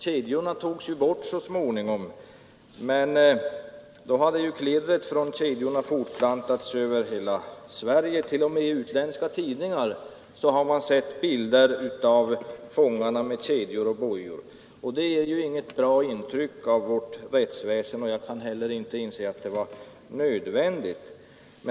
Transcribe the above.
Kedjorna togs visserligen bort så småningom, men då hade ju klirret från kedjorna fortplantat sig över hela Sverige, och t.o.m. i utländska tidningar har det förekommit bilder av fångarna med kedjor och bojor. Det ger inget bra intryck av vårt rättsväsen, och jag kan heller inte inse att detta var nödvändigt.